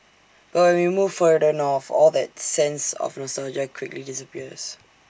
but when we move further north all that sense of nostalgia quickly disappears